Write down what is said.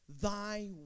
Thy